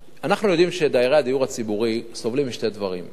אנחנו יודעים שדיירי הדיור הציבורי סובלים משני דברים: האחד,